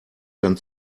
kann